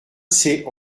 ces